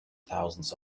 thousands